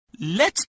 let